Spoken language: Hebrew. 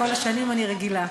כל השנים, אני רגילה.